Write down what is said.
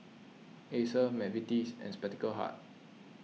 Acer Mcvitie's and Spectacle Hut